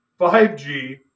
5G